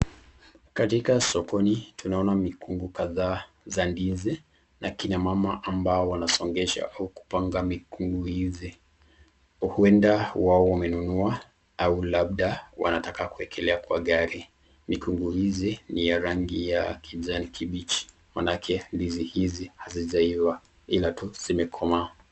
Katika sokoni tunaona migungu kadhaa za ndizi na akina mama ambao wakipanga migungu hizi huenda wao wamenunua au labda wanataka kuwekelea kwa gari, migungu hizi ni ya rangi ya kijani kibichi manake ndizi hizi hazijaifaa ila tu zimekoma.